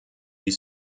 die